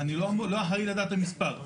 לא מדברים על רב צבאי ראשי, מדברים על רב צבאי.